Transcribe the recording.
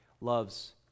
loves